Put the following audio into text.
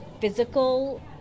physical